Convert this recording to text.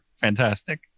fantastic